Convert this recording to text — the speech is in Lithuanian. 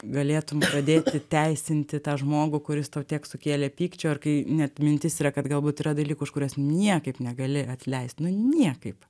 galėtum pradėti teisinti tą žmogų kuris tau tiek sukėlė pykčio ar kai net mintis yra kad galbūt yra dalykų už kuriuos niekaip negali atleist nuo niekaip